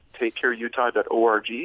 TakeCareUtah.org